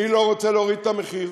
מי לא רוצה להוריד את המחיר?